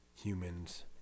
humans